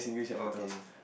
okay